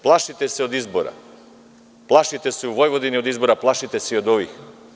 Plašite se od izbora, plašite se u Vojvodini od izbora, plašite se i od ovih.